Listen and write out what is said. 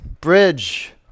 Bridge